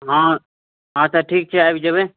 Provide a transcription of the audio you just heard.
हँ अच्छा ठीक छै आबि जेबै